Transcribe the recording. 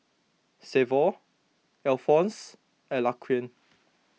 Severt Alphons and Laquan